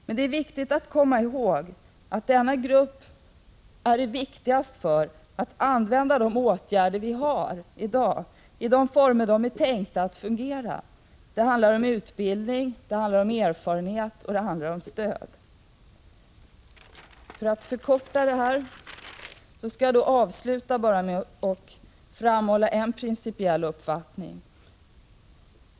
Men det är viktigt att komma ihåg att det för denna grupp är viktigast att vi använder de åtgärder vi i dag har i de former de är tänkta att fungera. Det handlar om utbildning, det handlar om erfarenhet och det handlar om stöd. För att förkorta mitt anförande skall jag sedan bara som avslutning framhålla en principiell uppfattning.